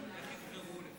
איך יבחרו?